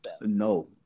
No